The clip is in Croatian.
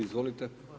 Izvolite.